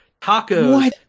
tacos